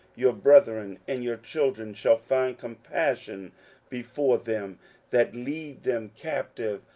your brethren and your children shall find compassion before them that lead them captive,